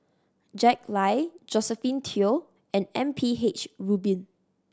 Jack Lai Josephine Teo and M P H Rubin